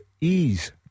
ease